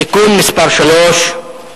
התשע"א 2010. חוק איסור נהיגה ברכב בחוף הים (תיקון מס' 3),